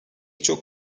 çok